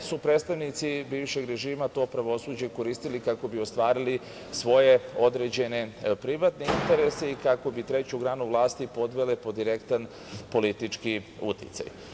su predstavnici bivšeg režima to pravosuđe koristili kako bi ostvarili svoje određene privatne interese i kako bi treću granu vlasti podvele pod direktan politički uticaj.